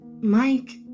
Mike